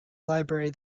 library